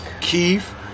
Keith